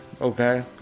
okay